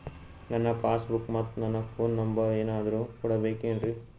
ನನ್ನ passbook ಮತ್ ನನ್ನ ಫೋನ್ ನಂಬರ್ ಏನಾದ್ರು ಕೊಡಬೇಕೆನ್ರಿ?